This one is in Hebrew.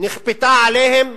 נכפתה עליהם